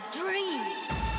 dreams